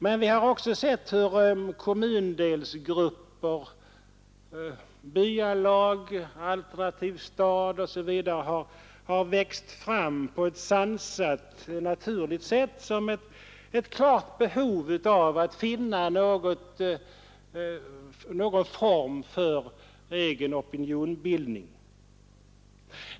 Men vi har också sett hur kommundelsgrupper, byalag, Alternativ stad osv. har växt fram på ett sansat och naturligt sätt ur ett klart behov av att finna någon form för egen opinionsbildning.